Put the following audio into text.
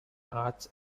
arts